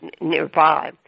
nearby